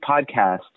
podcast